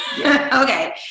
Okay